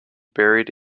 buried